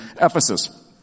Ephesus